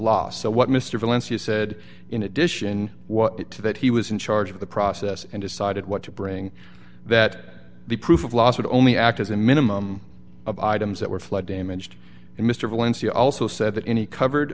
loss so what mr valencia said in addition what it to that he was in charge of the process and decided what to bring that the proof of loss would only act as a minimum of items that were flood damaged and mr valencia also said that any covered